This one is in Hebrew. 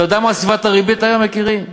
אתה יודע מה סביבת הריבית היום, יקירי?